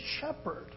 shepherd